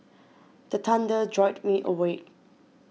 the thunder jolt me awake